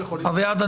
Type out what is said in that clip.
אביעד,